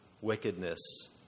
wickedness